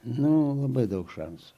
nu labai daug šansų